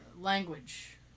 Language